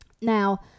now